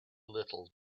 little